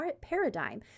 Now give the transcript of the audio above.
paradigm